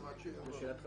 בשעה 14:35.)